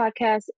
podcast